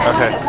Okay